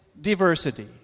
diversity